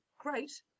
great